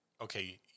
okay